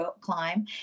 climb